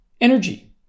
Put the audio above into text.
energy